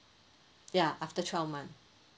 ya after twelve month